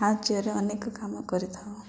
ସାହାଯ୍ୟରେ ଅନେକ କାମ କରିଥାଉ